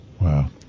Wow